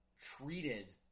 treated